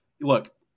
look